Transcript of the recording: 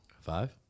Five